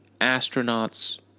astronauts